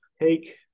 take